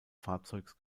fahrzeugs